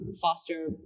foster